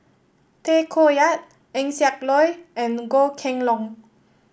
Tay Koh Yat Eng Siak Loy and Goh Kheng Long